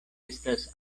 estas